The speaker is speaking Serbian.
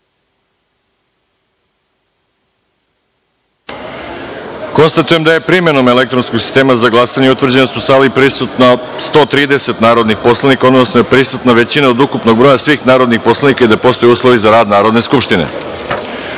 glasanje. Konstatujem da je, primenom elektronskog sistema za glasanje, utvrđeno da je u sali prisutno 130 narodnih poslanika, odnosno da je prisutna većina od ukupnog broja svih narodnih poslanika i da postoje uslovi za rad Narodne